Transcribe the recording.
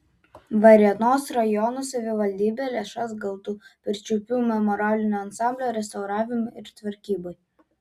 varėnos rajono savivaldybė lėšas gautų pirčiupių memorialinio ansamblio restauravimui ir tvarkybai